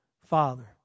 Father